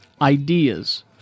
ideas